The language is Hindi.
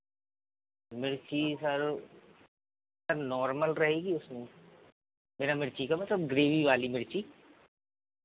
मिर्ची सर सर नॉर्मल रहेगी उसमें मेरा मिर्ची का मतलब ग्रेवी वाली मिर्ची